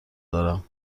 دارم